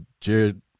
Jared